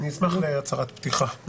אני אשמח להצהרת פתיחה.